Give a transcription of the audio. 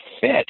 fit